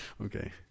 Okay